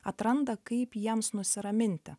atranda kaip jiems nusiraminti